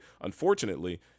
unfortunately